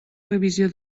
revisió